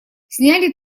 сняли